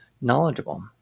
knowledgeable